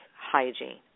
hygiene